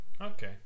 okay